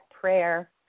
prayer